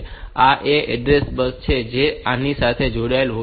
આ એ એડ્રેસ બસ છે જે આની સાથે જોડાયેલ હોવી જોઈએ